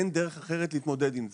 אין דרך אחרת להתמודד עם זה.